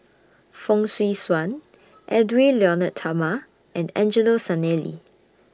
Fong Swee Suan Edwy Lyonet Talma and Angelo Sanelli